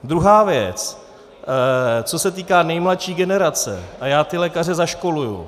Druhá věc, co se týká nejmladší generace, a já ty lékaře zaškoluji.